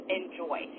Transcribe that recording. enjoy